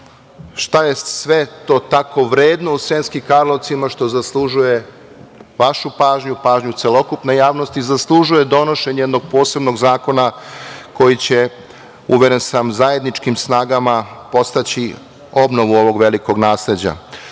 šta je sve to tako vredno u Sremskim Karlovcima što zaslužuje vašu pažnju, pažnju celokupne javnosti, zaslužuje donošenje jednog posebnog zakona koji će uveren sam, zajedničkim snagama podstaći obnovu ovog velikog nasleđa. Sremski